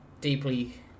deeply